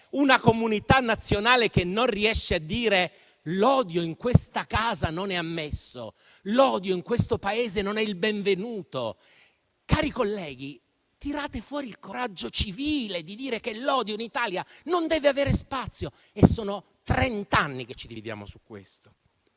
una comunità nazionale che non riesce a dire che l'odio in questa casa non è ammesso, che l'odio in questo Paese non è il benvenuto? Cari colleghi, tirate fuori il coraggio civile di dire che l'odio in Italia non deve avere spazio; sono trent'anni che ci dividiamo su questo.